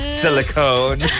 silicone